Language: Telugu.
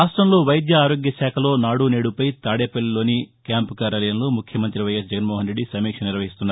రాష్టంలో వైద్య ఆరోగ్య శాఖలో నాడు నేడుపై తాడేపల్లిలోని క్యాంపు కార్యాలయంలో ముఖ్యమంత్రి వైఎస్ జగన్మోహన్రెడ్డి సమీక్ష నిర్వహిస్తున్నారు